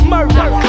Murder